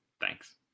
Thanks